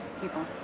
people